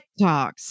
TikToks